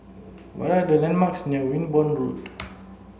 what are the landmarks near Wimborne Road